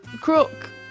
crook